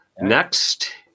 Next